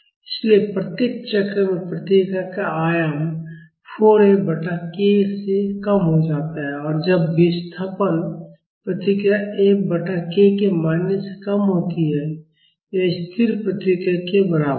इसलिए प्रत्येक चक्र में प्रतिक्रिया का आयाम 4 F बटा k से कम हो जाता है और जब विस्थापन प्रतिक्रिया F बटा k के मान से कम होती है यह स्थिर प्रतिक्रिया के बराबर है